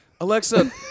Alexa